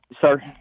Sir